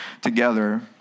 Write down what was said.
together